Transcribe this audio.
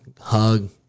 hug